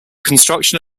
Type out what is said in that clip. construction